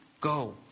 Go